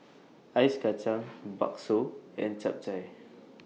Ice Kachang Bakso and Chap Chai